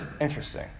interesting